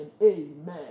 amen